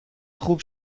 خوب